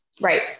Right